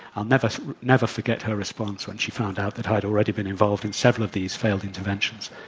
i'll never never forget her response when she found out that i'd already been involved in several of these failed interventions.